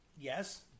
Yes